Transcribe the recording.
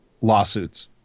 lawsuits